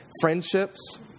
friendships